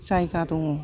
जायगा दङ'